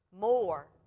more